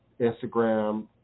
Instagram